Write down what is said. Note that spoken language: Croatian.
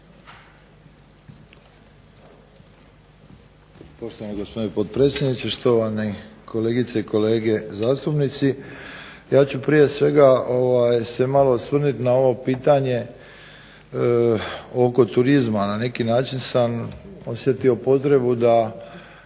Poštovani gospodine potpredsjedniče, štovani kolegice i kolege zastupnici. Ja ću prije svega se malo osvrnuti na ovo pitanje oko turizma. Na neki način sam osjetio potrebu da